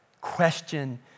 question